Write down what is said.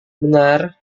benar